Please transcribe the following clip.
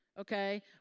okay